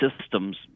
systems